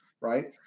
right